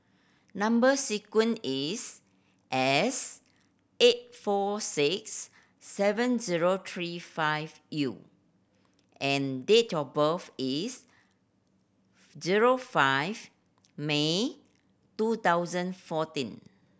number sequence is S eight four six seven zero three five U and date of birth is zero five May two thousand fourteen